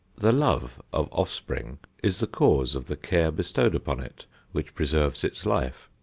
the love of offspring is the cause of the care bestowed upon it which preserves its life.